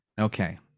Okay